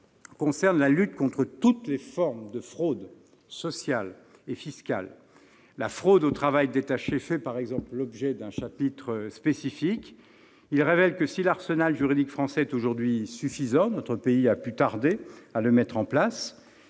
concerne la lutte contre toutes les formes de fraudes sociales et fiscales. La fraude au travail détaché fait, par exemple, l'objet d'un chapitre spécifique. Celui-ci révèle que, si l'arsenal juridique français est aujourd'hui suffisant, notre pays a tardé à le mettre en place